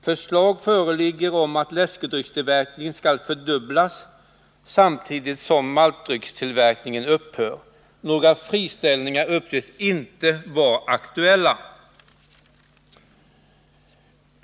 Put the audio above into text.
Förslag föreligger om att läskedryckstillverkningen skall fördubblas samtidigt som maltdryckstillverkningen upphör. Några friställningar uppges inte vara aktuella.